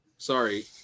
Sorry